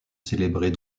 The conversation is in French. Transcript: célébrées